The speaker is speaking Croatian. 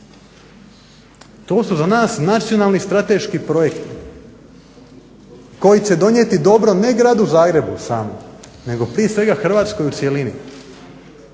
to su za nas nacionalni strateški projekti koji će donijeti dobro ne Gradu Zagrebu samo nego prije svega Hrvatskoj u cjelini.